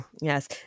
Yes